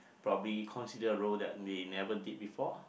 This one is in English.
probably consider a role that they never did before